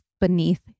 beneath